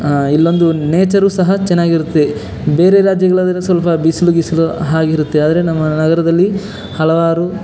ಇಲ್ಲೊಂದು ನೇಚರು ಸಹ ಚೆನ್ನಾಗಿರ್ತದೆ ಬೇರೆ ರಾಜ್ಯಗಳಾದರೆ ಸ್ವಲ್ಪ ಬಿಸಿಲು ಗಿಸಿಲು ಹಾಗಿರುತ್ತೆ ಆದರೆ ನಮ್ಮ ನಗರದಲ್ಲಿ ಹಲವಾರು